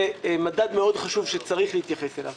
זה מדד מאוד חשוב שצריך להתייחס אליו.